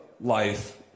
life